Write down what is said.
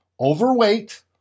overweight